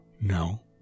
No